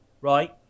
right